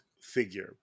figure